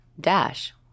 Dash